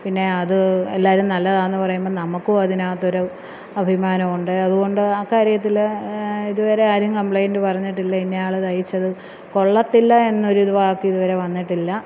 പിന്നെ അത് എല്ലാവരും നല്ലതാന്ന് പറയുമ്പം നമുക്കും അതിനൊത്തൊരു അഭിമാനമുണ്ട് അത്കൊണ്ട് ആ കാര്യത്തിൽ ഇതുവരെ ആരും കംപ്ലെയിൻറ്റ് പറഞ്ഞിട്ടില്ല ഇന്ന ആൾ തയ്ച്ചത് കൊള്ളത്തില്ല എന്നൊരു വാക്ക് ഇതുവരെ വന്നിട്ടില്ല